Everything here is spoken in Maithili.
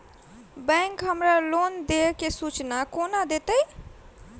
बैंक हमरा लोन देय केँ सूचना कोना देतय?